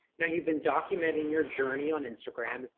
now, you've been documenting your journey on instagram. is that